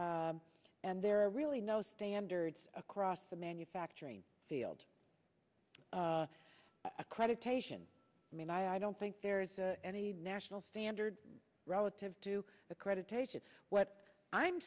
and there are really no standards across the manufacturing field a credit cation i mean i i don't think there is any national standard relative to accreditation what i'm